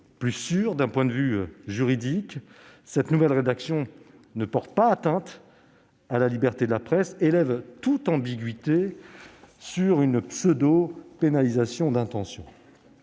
plus sûre d'un point de vue juridique. Cette nouvelle rédaction ne porte pas atteinte à la liberté de la presse et lève toute ambiguïté sur une prétendue pénalisation d'intention.